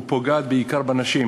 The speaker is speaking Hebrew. ופוגעת בעיקר בנשים.